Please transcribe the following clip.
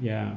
ya